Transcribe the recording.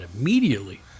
immediately